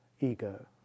ego